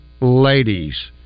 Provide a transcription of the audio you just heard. Ladies